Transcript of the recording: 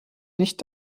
nicht